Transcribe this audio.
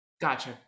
gotcha